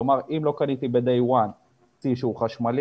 כלומר אם לא קניתי ב-day one צי שהוא חשמלי